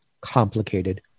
complicated